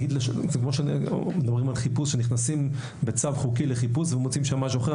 כמו שמדברים על חיפוש כאשר נכנסים בצו חוקי לחיפוש ומוצאים שם משהו אחר.